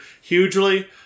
hugely